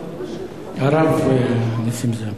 הרב נסים זאב,